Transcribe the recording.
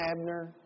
Abner